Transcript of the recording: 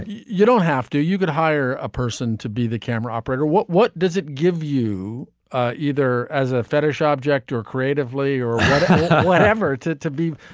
you don't have to you could hire a person to be the camera operator or what what does it give you either as a fetish object or creatively or whatever to to be